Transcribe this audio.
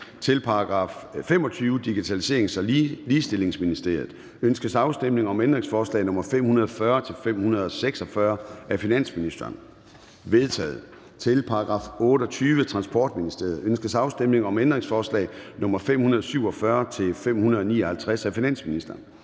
Til § 25. Digitaliserings- og Ligestillingsministeriet. Ønskes afstemning om ændringsforslag nr. 540-546 af finansministeren? De er vedtaget. Til § 28. Transportministeriet. Ønskes afstemning om ændringsforslag nr. 547-559 af finansministeren?